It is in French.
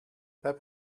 pas